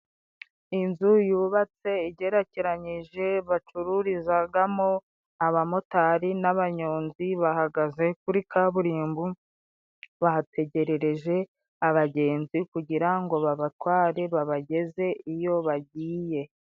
Inzu yubatse igerekeranyije bacururizagamo, abamotari n'abanyonzi bahagaze kuri kaburimbo bahategerereje abagenzi kugira ngo babatware babageze iyo bagiye.